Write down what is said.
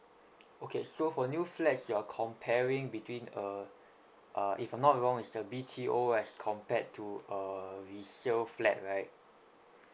okay so for new flats you're comparing between uh uh if I'm not wrong is a B_T_O as compared to a resale flat right